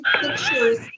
pictures